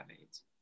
AIDS